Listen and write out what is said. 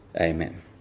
amen